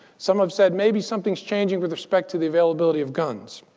some have said, maybe something's changing with respect to the availability of guns.